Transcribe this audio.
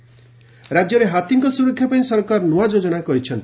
ହାତୀ ରାଜ୍ୟରେ ହାତୀଙ୍କ ସୁରକ୍ଷା ପାଇଁ ସରକାର ନ୍ତଆ ଯୋଜନା କରିଛନ୍ତି